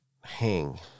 hang